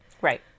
Right